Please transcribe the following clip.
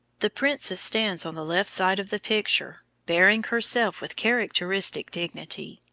the princess stands on the left side of the picture, bearing herself with characteristic dignity.